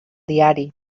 diari